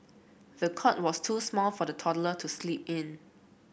the cot was too small for the toddler to sleep in